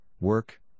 work